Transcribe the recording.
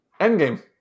Endgame